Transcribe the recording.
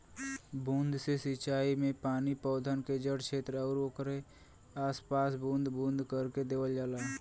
बूंद से सिंचाई में पानी पौधन के जड़ छेत्र आउर ओकरे आस पास में बूंद बूंद करके देवल जाला